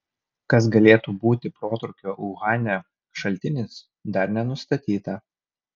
kas galėtų būti protrūkio uhane šaltinis dar nenustatyta